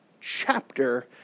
chapter